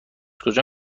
کجا